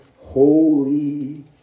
holy